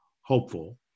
hopeful